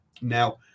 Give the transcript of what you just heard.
now